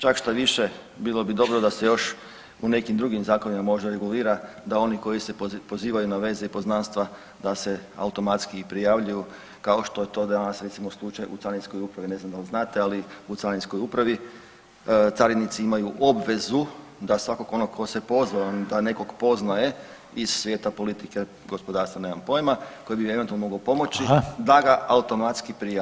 Čak štoviše bilo bi dobro da se još u nekim drugim zakonima možda regulira da oni koji se pozivaju na veze i poznanstva da se automatski prijavljuju kao što je to danas slučaj recimo u Carinskoj upravi, ne znam da li znate ali u Carinskoj upravi carinici imaju obvezu da svakog onog tko se pozvao da nekog poznaje iz svijeta politike, gospodarstva nemam pojima koji bi mu eventualno mogao pomoći [[Upadica: Hvala.]] da ga automatski prijave